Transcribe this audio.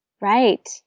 Right